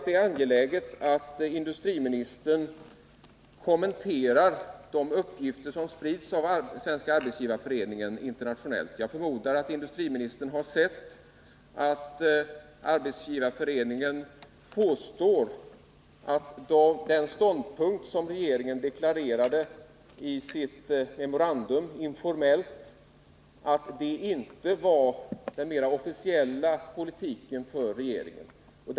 Det är angeläget att industriministern kommenterar de uppgifter som sprids internationellt av Svenska arbetsgivareföreningen. Jag förmodar att industriministern har observerat att Arbetsgivareföreningen påstår att den ståndpunkt som regeringen deklarerat informellt i sitt memorandum inte var den officiella regeringspolitiken.